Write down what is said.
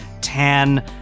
tan